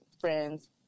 friends